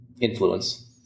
influence